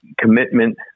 commitment